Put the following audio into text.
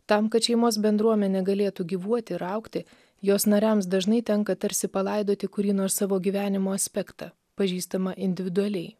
tam kad šeimos bendruomenė galėtų gyvuoti ir augti jos nariams dažnai tenka tarsi palaidoti kurį nors savo gyvenimo aspektą pažįstamą individualiai